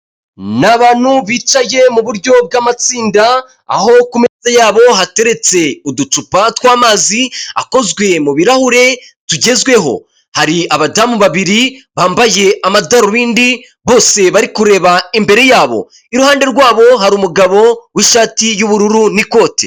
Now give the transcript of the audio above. Ni abantu bicaye muburyo bw'amatsinda aho ku meza yabo hateretse uducupa tw'amazi akozwe mu birarahure tugezweho, hari abadamu babiri bambaye amadarubindi bose bari kureba imbere yabo, iruhande rwabo hari umugabo w'ishati y'ubururu n'ikote.